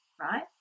Right